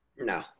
no